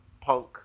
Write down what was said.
punk